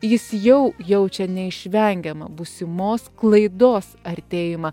jis jau jaučia neišvengiamą būsimos klaidos artėjimą